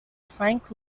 frank